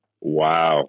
Wow